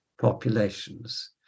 populations